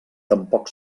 tampoc